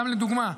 סתם לדוגמה,